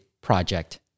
project